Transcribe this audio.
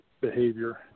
behavior